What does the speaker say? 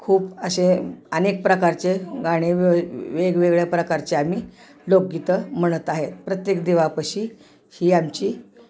खूप अशे अनेक प्रकारचे गाणे वे वेगवेगळ्या प्रकारचे आम्ही लोकगीतं म्हणत आहेत प्रत्येक देवापशी ही आमची